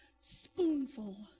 spoonful